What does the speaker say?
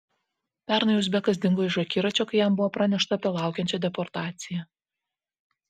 pernai uzbekas dingo iš akiračio kai jam buvo pranešta apie laukiančią deportaciją